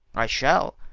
i shall,